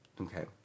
Okay